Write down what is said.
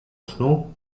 snu